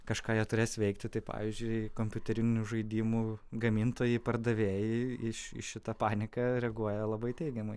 kažką jie turės veikti tai pavyzdžiui kompiuterinių žaidimų gamintojai pardavėjai iš į šitą paniką reaguoja labai teigiamai